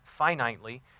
finitely